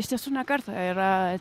iš tiesų ne kartą yra